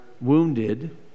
wounded